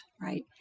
right